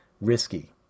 risky